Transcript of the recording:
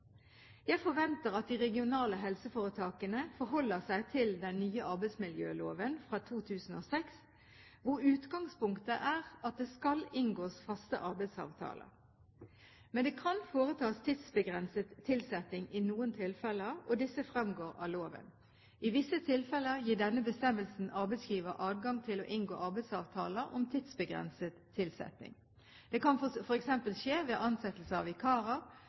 Jeg forventer at de regionale helseforetakene forholder seg til den nye arbeidsmiljøloven fra 2006, hvor utgangspunktet er at det skal inngås faste arbeidsavtaler. Men det kan foretas tidsbegrenset tilsetting i noen tilfeller, og disse fremgår av loven. I visse tilfeller gir denne bestemmelsen arbeidsgiver adgang til å inngå arbeidsavtaler om tidsbegrenset tilsetting. Det kan f.eks. skje ved ansettelse av vikarer,